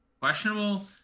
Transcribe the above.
questionable